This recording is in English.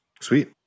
Sweet